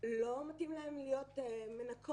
לא מתאים להן להיות מנקות,